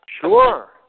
sure